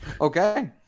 Okay